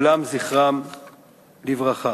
כולם זכרם לברכה.